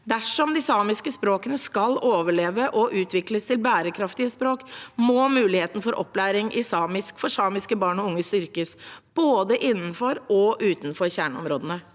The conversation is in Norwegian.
Dersom de samiske språkene skal overleve og utvikles til bærekraftige språk, må muligheten for opplæring i samisk for samiske barn og unge styrkes, både innenfor og utenfor kjerneområdene.